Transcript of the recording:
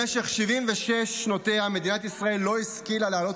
במשך 76 שנותיה מדינת ישראל לא השכילה להעלות